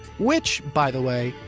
which, by the way,